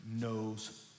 knows